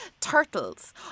turtles